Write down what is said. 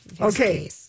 Okay